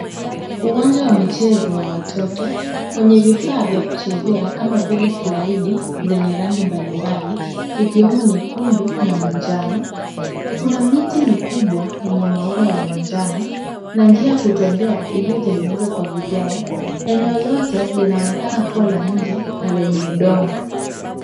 Uwanja wa michezo w watoto wenye vifaa vya kuchezea kama vile slaidi zeye rangi mbali mbali, ikiwemo nyekundu na manjano. Kuna miti mikubwa yenye maua ya manjano na njia ya kutembea iliyotengenezwa kwa vigae. Eneo lote linaonekana kuwa la nje na lenye udongo.